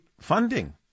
funding